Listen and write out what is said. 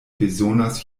bezonas